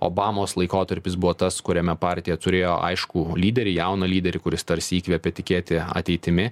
obamos laikotarpis buvo tas kuriame partija turėjo aiškų lyderį jauną lyderį kuris tarsi įkvepia tikėti ateitimi